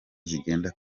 zigenda